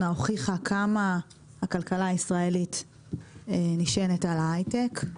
הוכיחה כמה הכלכלה הישראלית נשענת על ההייטק,